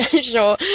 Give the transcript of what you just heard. sure